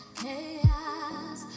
chaos